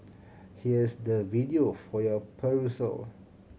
here's the video for your perusal